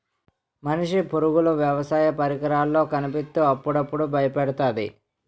మనిషి పరుగులు వ్యవసాయ పరికరాల్లో కనిపిత్తు అప్పుడప్పుడు బయపెడతాది